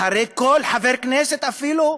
אחרי כל חבר כנסת אפילו.